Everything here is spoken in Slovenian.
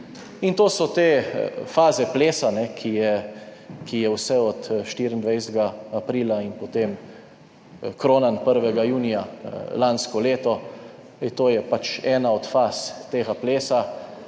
In to so te faze plesa, ki je, ki je vse od 24. aprila in potem kronan 1. junija lansko leto. To je pač ena od faz tega plesa.